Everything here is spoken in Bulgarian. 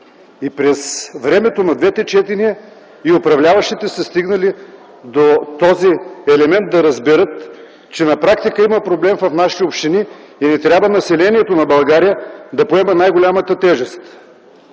И през времето на двете четения, и управляващите са стигнали до този елемент да разберат, че на практика има проблем в нашите общини и не трябва населението на България да поема най-голямата тежест.